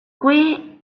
qui